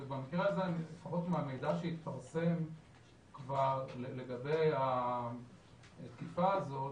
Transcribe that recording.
ובמקרה הזה לפחות מהמידע שהתפרסם כבר לגבי התקיפה הזו,